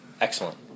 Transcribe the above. Excellent